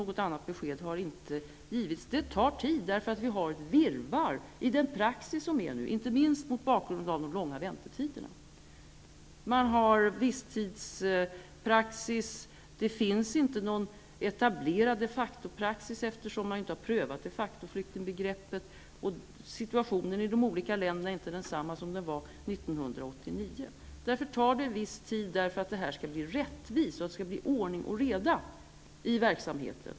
Något annat besked har inte givits. Det tar tid eftersom vi har ett virrvarr i den praxis som finns nu, inte minst mot bakgrund av de långa väntetiderna. Man har visstidspraxis, och det finns inte någon etablerad de facto-praxis, eftersom man inte har prövat de facto-flyktingbegreppet. Situationen i de olika länderna är inte densamma som den var 1989. Därför tar detta en viss tid, eftersom det skall bli rättvist och eftersom det skall bli ordning och reda i verksamheten.